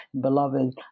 Beloved